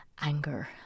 Anger